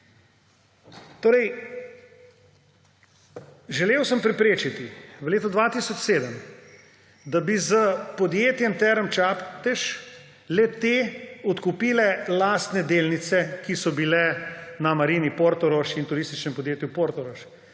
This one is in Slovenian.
torej želel preprečiti, da bi s podjetjem Term Čatež le-te odkupile lastne delnice, ki so bile na Marini Portorož in Turističnem podjetju Portorož.